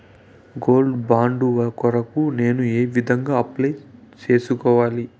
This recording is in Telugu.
గోల్డ్ బాండు కొరకు నేను ఏ విధంగా అప్లై సేసుకోవాలి?